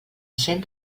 cent